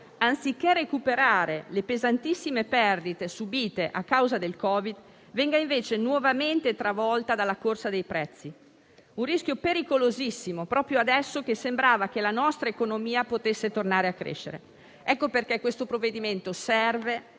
anziché recuperare le pesantissime perdite subite a causa del Covid, venga invece nuovamente travolta dalla corsa dei prezzi. Un rischio pericolosissimo, proprio adesso che sembrava che la nostra economia potesse tornare a crescere. Ecco perché questo provvedimento serve,